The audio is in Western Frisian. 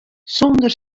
sonder